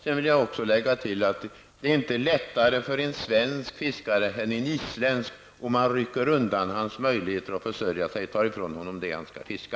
Jag vill lägga till att det är inte lättare för en svensk fiskare än för en isländsk om man rycker undan hans möjligheter att försörja sig och tar ifrån honom det han skall fiska.